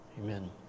amen